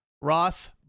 ross